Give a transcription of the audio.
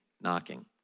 knocking